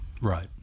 right